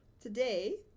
today